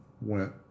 went